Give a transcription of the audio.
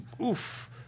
oof